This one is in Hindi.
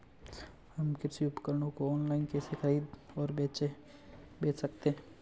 हम कृषि उपकरणों को ऑनलाइन कैसे खरीद और बेच सकते हैं?